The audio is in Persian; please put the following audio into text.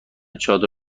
چادر